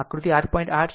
તેથી આ મારો આકૃતિ 8